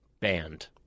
Banned